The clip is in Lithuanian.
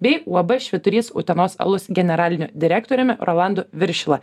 bei uab švyturys utenos alus generaliniu direktoriumi rolandu viršila